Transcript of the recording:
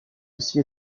aussi